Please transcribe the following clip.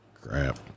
crap